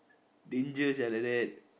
danger sia like that